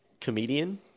comedian